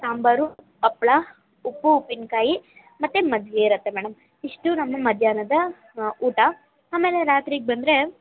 ಸಾಂಬಾರು ಹಪ್ಳ ಉಪ್ಪು ಉಪ್ಪಿನಕಾಯಿ ಮತ್ತು ಮಜ್ಜಿಗೆ ಇರುತ್ತೆ ಮೇಡಮ್ ಇಷ್ಟು ನಮ್ಮ ಮಧ್ಯಾಹ್ನದ ಊಟ ಆಮೇಲೆ ರಾತ್ರಿಗೆ ಬಂದರೆ